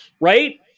right